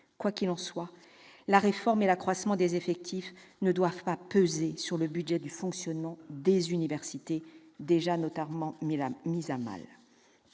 Quoi qu'il en soit, la réforme et l'accroissement des effectifs ne doivent pas peser sur le budget de fonctionnement des universités, déjà notoirement mis à mal.